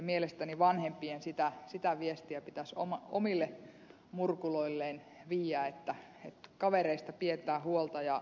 mielestäni vanhempien sitä viestiä pitäis omille murkuloilleen viiä että kavereista pietään huolta